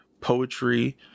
poetry